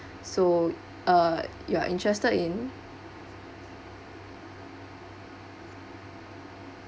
so uh you are interested in